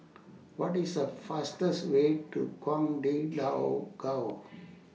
What IS The fastest Way to Ouagadougou